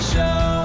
Show